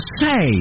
say